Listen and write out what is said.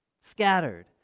scattered